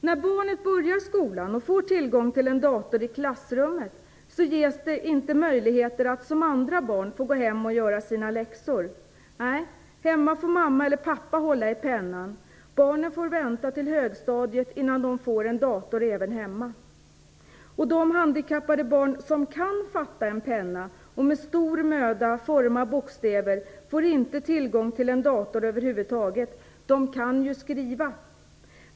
När barnet börjar skolan och får tillgång till en dator i klassrummet, ges det dock inte möjlighet att som andra barn själv göra sina läxor. Hemma får mamma eller pappa hålla i pennan. Barnen får vänta till högstadiet innan det får en dator även hemma. De handikappade barn som kan fatta en penna och med stor möda forma bokstäver får inte tillgång till en dator över huvud taget. De kan ju skriva.